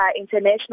international